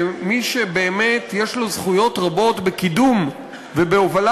שמי שבאמת יש לו זכויות רבות בקידום ובהובלה